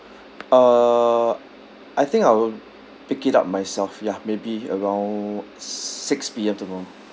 uh I think I will pick it up myself ya maybe around s~ six P_M tomorrow